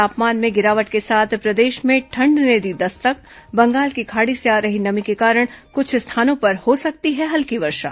तापमान में गिरावट के साथ प्रदेश में ठंड ने दी दस्तक बंगाल की खाड़ी से आ रही नमी के कारण कुछ स्थानों पर हो सकती है हल्की वर्षा